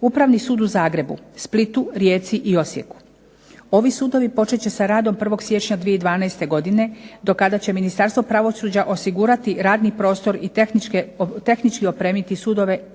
Upravni sud u Zagrebu, Splitu, Rijeci i Osijeku. Ovi sudovi počet će sa radom 1. siječnja 2012. godine do kada će Ministarstvo pravosuđa osigurati radni prostor i tehnički opremiti sudove